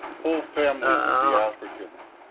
whole families of the africans,